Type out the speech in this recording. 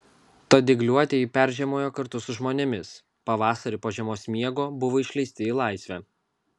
tad dygliuotieji peržiemojo kartu su žmonėmis pavasarį po žiemos miego buvo išleisti į laisvę